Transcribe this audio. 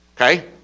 Okay